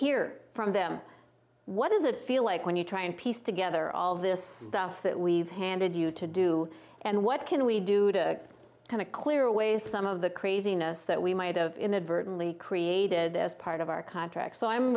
hear from them what does it feel like when you try and piece together all of this stuff that we've handed you to do and what can we do to kind of clear away some of the craziness that we might have inadvertently created as part of our contract so i'm